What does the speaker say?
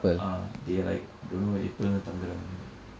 ah they like don't know எப்போதிலிருந்து தங்குறதுனு:eppothilirunthu thankurathunu